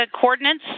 coordinates